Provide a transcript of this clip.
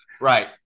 Right